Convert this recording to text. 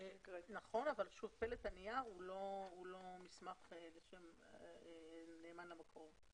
נכון אבל כשהוא פלט נייר, הוא לא מסמך נאמן למקור.